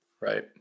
Right